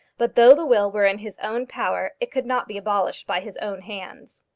but, though the will were in his own power, it could not be abolished by his own hands.